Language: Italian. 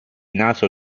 naso